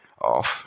off